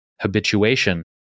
habituation